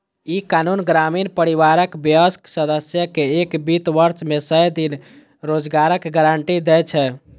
ई कानून ग्रामीण परिवारक वयस्क सदस्य कें एक वित्त वर्ष मे सय दिन रोजगारक गारंटी दै छै